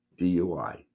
DUI